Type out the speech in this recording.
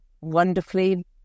wonderfully